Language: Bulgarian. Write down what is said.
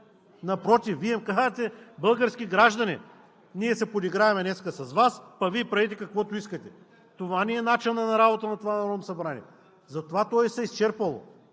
Напротив, Вие им казвате: „Български граждани, ние се подиграваме днес с Вас, а Вие правете каквото искате!“ Това ли е начинът на работа на това Народно събрание? Затова то се е изчерпало!